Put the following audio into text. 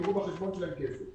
הם יראו בחשבון שלהם כסף.